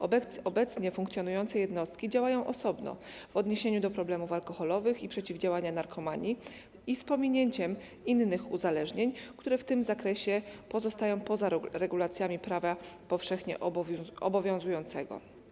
Obecnie funkcjonujące jednostki działają osobno w odniesieniu do problemów alkoholowych i przeciwdziałania narkomanii z pominięciem innych uzależnień, które w tym zakresie pozostają poza regulacjami prawa powszechnie obowiązującego.